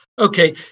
Okay